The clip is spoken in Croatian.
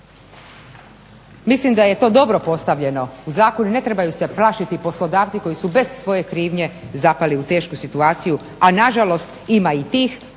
Mislim da je to dobro postavljeno. Ne trebaju se plašiti poslodavci koji su bez svoje krivnje zapali u tešku situaciju, a nažalost ima i tih,